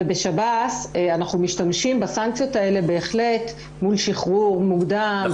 ובשב"ס אנחנו משתמשים בסנקציות האלה בהחלט מול שחרור מוקדם,